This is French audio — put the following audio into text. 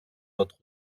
votre